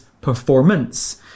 performance